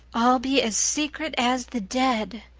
i'll be as secret as the dead,